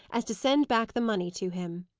as to send back the money to him.